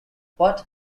what